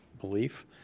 belief